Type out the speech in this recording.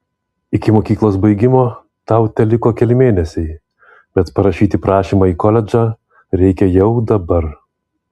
iki mokyklos baigimo tau teliko keli mėnesiai bet parašyti prašymą į koledžą reikia jau dabar